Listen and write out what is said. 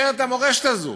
שישמר את המורשת הזאת,